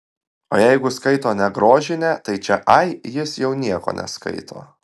o jeigu skaito ne grožinę tai čia ai jis jau nieko neskaito